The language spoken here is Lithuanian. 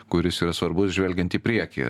kuris yra svarbus žvelgiant į priekį